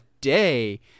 day